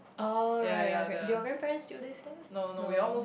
oh right your grand do your grandparents still live there no